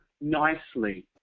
nicely